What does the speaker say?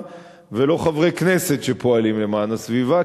ולא חברי כנסת שפועלים למען הסביבה,